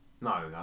No